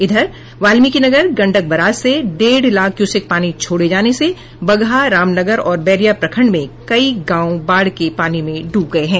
इधर वाल्मिकीनगर गंडक बराज से डेढ़ लाख क्यूसेक पानी छोड़े जाने से बगहा रामनगर और बैरिया प्रखंड में कई गांव बाढ़ के पानी में डूब गये हैं